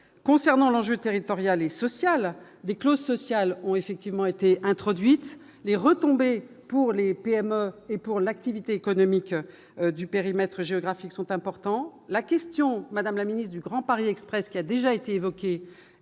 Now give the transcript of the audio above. concernant l'enjeu territorial et social des clauses sociales ont effectivement été introduites les retombées pour les PME et pour l'activité économique du périmètre géographique sont importants, la question, madame la ministre du Grand Paris Express qui a déjà été évoquée